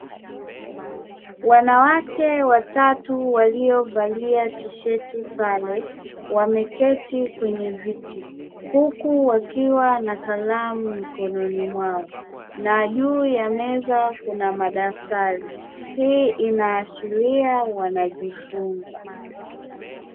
Wanawake watatu waliovalia tisheti sare wameketi kwenye viti huku wakiwa na kalamu mikononi mwao na juu ya meza kuna madaftari. Hii inaashiria wanajifunza.